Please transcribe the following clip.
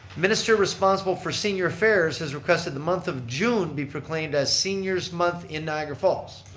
minister responsible for senior affairs has requested the month of june be proclaimed as seniors month in niagara falls.